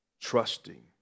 Trusting